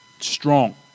strong